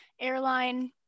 airline